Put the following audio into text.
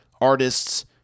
artists